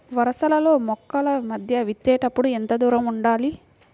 వరసలలో మొక్కల మధ్య విత్తేప్పుడు ఎంతదూరం ఉండాలి?